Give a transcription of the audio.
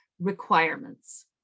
requirements